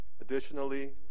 Additionally